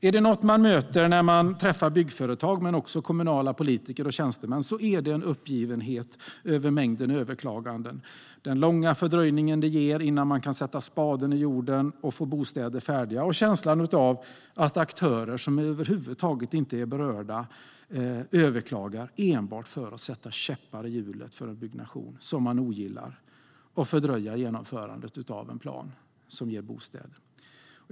Är det något man möter när man träffar byggföretag men också kommunala politiker och tjänstemän är det en uppgivenhet över mängden överklaganden, den långa fördröjning det ger innan man kan sätta spaden i jorden och få bostäder färdiga och känslan av att aktörer som över huvud taget inte är berörda överklagar enbart för att sätta käppar i hjulet för en byggnation som man ogillar och fördröja genomförandet av en plan som ger bostäder.